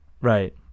Right